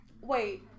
wait